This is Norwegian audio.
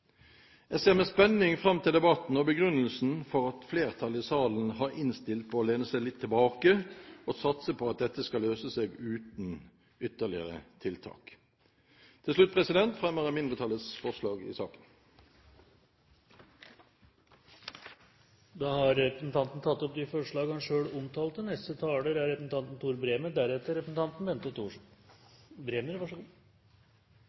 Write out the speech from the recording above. Jeg ser med spenning fram til debatten og begrunnelsen for at flertallet i salen er innstilt på å lene seg litt tilbake og satse på at dette skal løse seg uten ytterligere tiltak. Til slutt fremmer jeg mindretallets forslag i saken. Representanten Svein Harberg har tatt opp de forslagene han refererte til. Det er